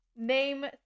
Name